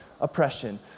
oppression